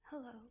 Hello